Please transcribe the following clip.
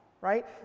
right